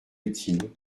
utile